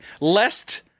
lest